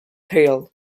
hale